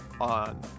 on